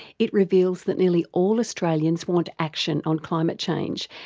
it reveals that nearly all australians want action on climate change,